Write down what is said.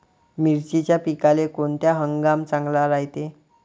मिर्चीच्या पिकाले कोनता हंगाम चांगला रायते?